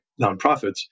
nonprofits